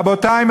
רבותי,